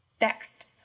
Next